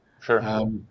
Sure